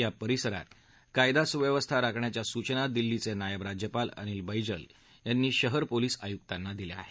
या परिसरात कायदा सुव्यवस्था राखण्याच्या सूचना दिल्लीचे नायब राज्यपाल अनिल बैजल यांनी शहर पोलीस आयुक्तांना दिले आहेत